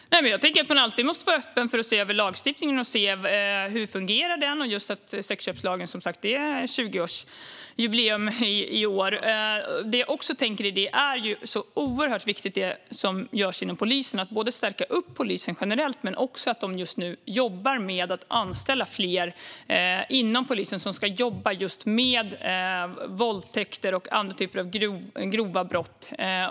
Fru talman! Jag tycker att man alltid måste vara öppen för att se över lagstiftningen och se hur den fungerar. Sexköpslagen firar ju 20-årsjubileum i år. Det jag också tänker på är hur oerhört viktigt det som görs inom polisen är. Det handlar både om att stärka upp polisen generellt och om att polisen just nu jobbar med att anställa fler som ska jobba just med våldtäkter och andra typer av grova brott.